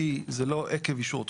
כי זה לא עקב אישור תוכנית.